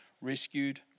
rescued